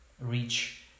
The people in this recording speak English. reach